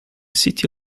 city